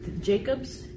Jacobs